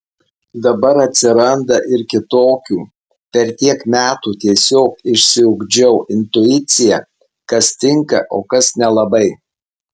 dabar atsiranda ir kitokių per tiek metų tiesiog išsiugdžiau intuiciją kas tinka o kas nelabai